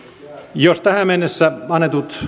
jos tähän mennessä